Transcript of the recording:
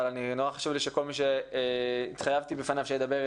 אבל נורא חשוב שכל מי שהתחייבתי בפניו שידבר,